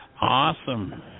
Awesome